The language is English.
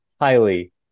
highly